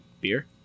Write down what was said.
Beer